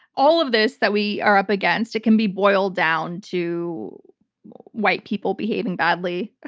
all of this that we are up against, it can be boiled down to white people behaving badly,